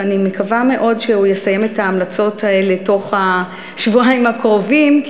ואני מקווה מאוד שהוא יסיים את ההמלצות האלה תוך השבועיים הקרובים,